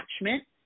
attachment